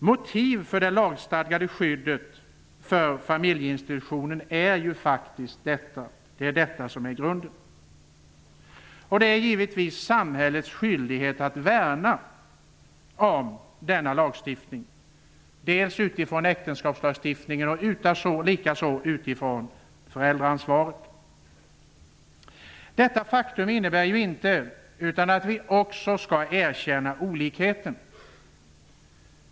Motivet för det lagstadgade skyddet för familjeinstitutionen är ju detta -- det är detta som är grunden. Det är givetvis samhällets skyldighet att värna om denna lagstiftning, dels utifrån äktenskapslagstiftningen, dels utifrån föräldraansvaret. Detta faktum innebär inte att vi inte skall erkänna olikheter.